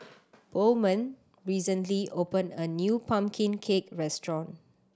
Bowman recently opened a new pumpkin cake restaurant